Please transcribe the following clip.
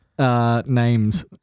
Names